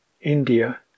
India